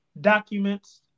documents